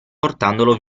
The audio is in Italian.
portandolo